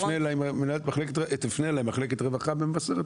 תפנה אלי מחלקת רווחה במבשרת,